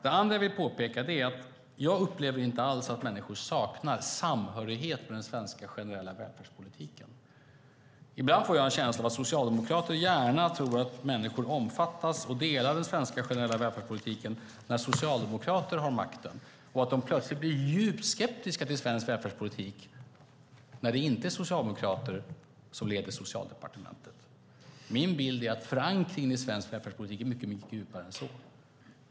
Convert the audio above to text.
Det andra jag vill påpeka är att jag inte alls upplever att människor saknar samhörighet med den svenska generella välfärdspolitiken. Ibland får jag en känsla av att socialdemokrater gärna tror att människor omfattas och delar den svenska generella välfärdspolitiken när socialdemokrater har makten och att de plötsligt blir djupt skeptiska till svensk välfärdspolitik när det inte är socialdemokrater som leder Socialdepartementet. Min bild är att förankringen i svensk välfärdspolitik är mycket djupare än så.